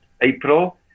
April